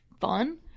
fun